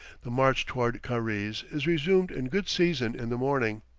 the march toward karize is resumed in good season in the morning.